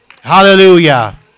Hallelujah